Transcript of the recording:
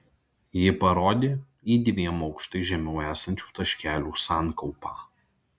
ji parodė į dviem aukštais žemiau esančių taškelių sankaupą